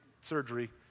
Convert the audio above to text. surgery